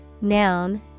Noun